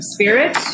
Spirit